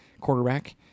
quarterback